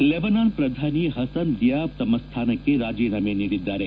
Lebanon ಪ್ರಧಾನಿ ಪಸನ್ Diab ತಮ್ಮ ಸ್ಥಾನಕ್ಕೆ ರಾಜೀನಾಮೆ ನೀಡಿದ್ದಾರೆ